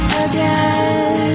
again